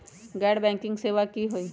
गैर बैंकिंग सेवा की होई?